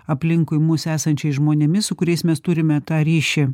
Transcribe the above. aplinkui mus esančiais žmonėmis su kuriais mes turime tą ryšį